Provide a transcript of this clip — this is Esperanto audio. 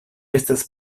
estas